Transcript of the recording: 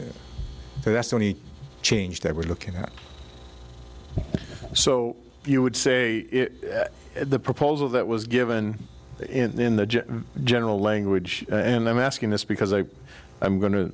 be so that's the only change they were looking at so you would say the proposal that was given in the general language and i'm asking this because i i'm go